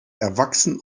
erwachsen